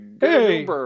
Hey